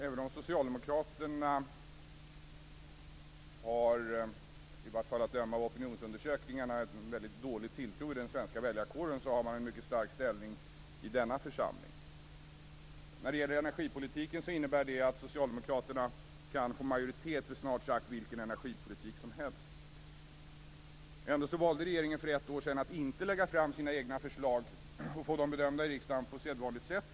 Även om socialdemokraterna, att döma av opinionsundersökningarna, har en dålig tilltro i den svenska väljarkåren har de en mycket stark ställning i denna församling. När det gäller energipolitiken innebär det att socialdemokraterna kan få majoritet för snart sagt vilken energipolitik som helst. Ändå valde regeringen för ett år sedan att inte lägga fram sina förslag och få dem bedömda i riksdagen på sedvanligt sätt.